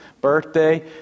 birthday